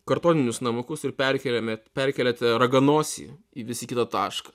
kartoninius namukus ir perkeliame perkeliate raganosį į visi kitą tašką